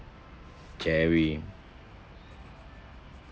jerry